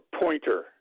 pointer